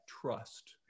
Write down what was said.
trust